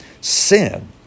Sin